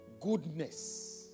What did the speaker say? goodness